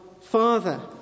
Father